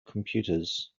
computers